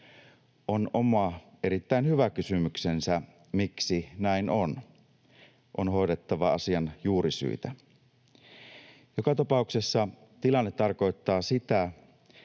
On oma erittäin hyvä kysymyksensä, miksi näin on. On hoidettava asian juurisyitä. Joka tapauksessa tilanne tarkoittaa sitä,